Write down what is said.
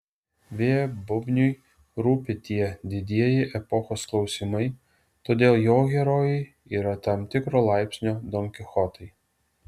v bubniui rūpi tie didieji epochos klausimai todėl jo herojai yra tam tikro laipsnio donkichotai